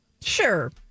Sure